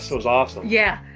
so was awesome. yeah.